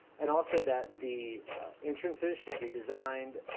and also that the entrances should be designed